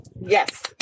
Yes